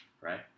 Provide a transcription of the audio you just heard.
right